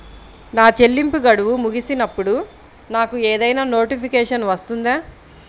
నా చెల్లింపు గడువు ముగిసినప్పుడు నాకు ఏదైనా నోటిఫికేషన్ వస్తుందా?